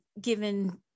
given